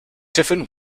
tiffin